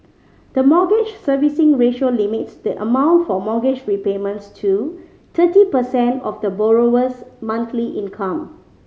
the Mortgage Servicing Ratio limits the amount for mortgage repayments to thirty percent of the borrower's monthly income